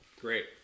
Great